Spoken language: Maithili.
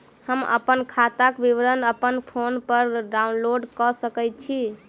हम अप्पन खाताक विवरण अप्पन फोन पर डाउनलोड कऽ सकैत छी?